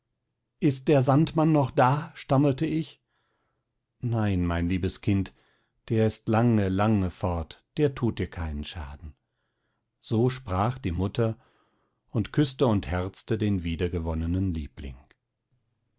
ist der sandmann noch da stammelte ich nein mein liebes kind der ist lange lange fort der tut dir keinen schaden so sprach die mutter und küßte und herzte den wiedergewonnenen liebling